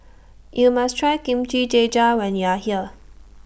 YOU must Try Kimchi Jjigae when YOU Are here